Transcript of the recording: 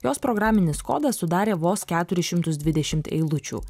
jos programinis kodas sudarė vos keturis šimtus dvidešimt eilučių